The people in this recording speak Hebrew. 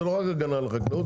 זה לא רק הגנה על חקלאות,